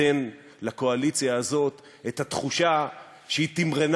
אבל לא ניתן לקואליציה הזאת את התחושה שהיא תמרנה